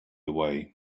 away